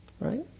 right